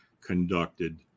conducted